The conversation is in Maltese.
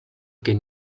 kien